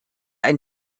ein